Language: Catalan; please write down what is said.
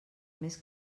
més